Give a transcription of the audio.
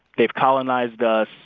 they've colonized us.